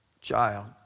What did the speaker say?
Child